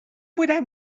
بودم